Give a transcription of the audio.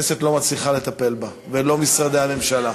שהכנסת לא מצליחה לטפל בה, ולא משרדי הממשלה.